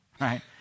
right